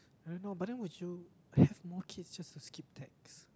I don't know but then would you have more kids just to skip tax